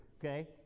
okay